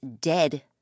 dead